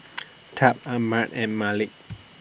Tab Armand and Malik